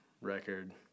record